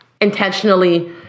intentionally